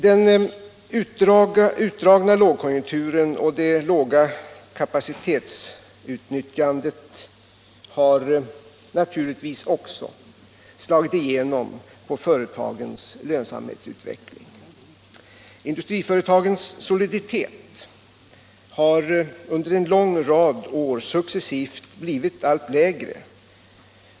Den utdragna lågkonjunkturen och det låga kapacitetsutnyttjandet har naturligtvis också slagit igenom på företagens lönsamhetsutveckling. Industriföretagens soliditet har under en lång rad år successivt blivit allt lägre.